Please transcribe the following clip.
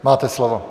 Máte slovo.